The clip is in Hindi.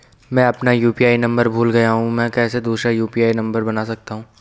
मैं अपना यु.पी.आई नम्बर भूल गया हूँ मैं कैसे दूसरा यु.पी.आई नम्बर बना सकता हूँ?